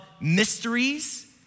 mysteries